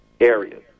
areas